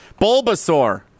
Bulbasaur